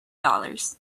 dollars